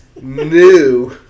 new